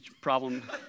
problem